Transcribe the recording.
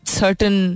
certain